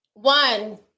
One